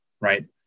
Right